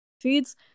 feed's